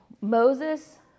Moses